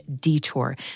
detour